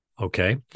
Okay